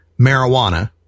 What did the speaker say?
marijuana